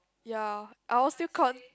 ya I will still count